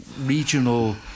regional